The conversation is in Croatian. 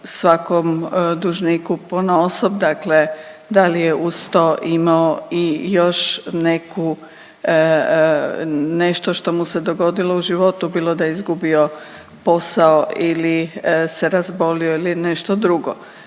svakom dužniku ponaosob. Dakle, da li je uz to imao i još neku, nešto što mu se dogodilo u životu bilo da je izgubio posao ili se razbolio ili nešto drugo.